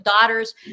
daughters